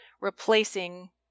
replacing